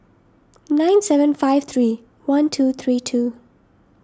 nine seven five three one two three two